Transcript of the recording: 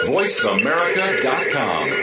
VoiceAmerica.com